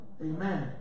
Amen